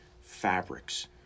fabrics